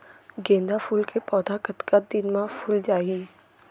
गेंदा फूल के पौधा कतका दिन मा फुल जाही?